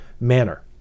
manner